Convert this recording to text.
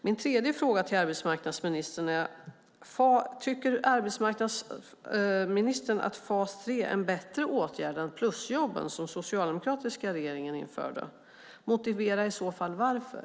Min tredje fråga till arbetsmarknadsministern är: Tycker arbetsmarknadsministern att fas 3 är en bättre åtgärd än plusjobben, som den förra socialdemokratiska regeringen införde? Motivera i så fall varför!